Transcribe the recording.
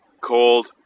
cold